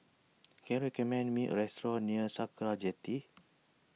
can you recommend me a restaurant near Sakra Jetty